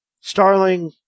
Starling